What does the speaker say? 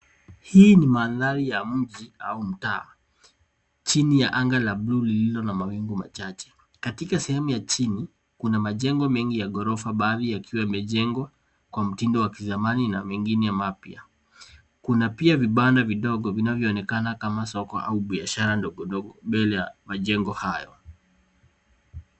Hii ni mandhari ya mji au mtaa chini ya anga la blue lililo na mawingu machache. Katika sehemu ya chini kuna majengo mengi ya ghorofa, baadhi yakiwa yamejengwa kwa mtindo wa kizamani na mengine mapya. Kuna pia vibanda vidogo vinavyoonekana kama soko au biashara ndogondogo mbele ya majengo hayo.